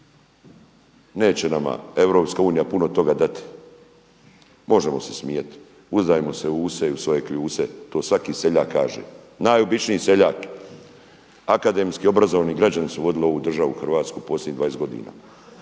Neće nama EU puno toga dati, možemo se smijati. Uzdajmo se u se i svoje kljuse to svaki seljak kaže, najobičniji seljak. Akademski obrazovni građani su vodili ovu državu Hrvatsku posljednjih 20 godina,